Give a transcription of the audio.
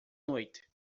noite